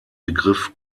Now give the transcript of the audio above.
begriff